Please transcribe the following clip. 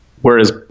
whereas